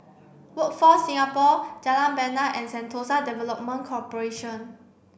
Workforce Singapore Jalan Bena and Sentosa Development Corporation